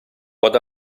pot